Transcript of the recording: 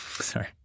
sorry